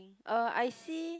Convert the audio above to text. uh I see